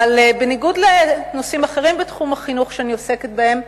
אבל בניגוד לנושאים אחרים בתחום החינוך שאני עוסקת בהם,